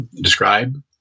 describe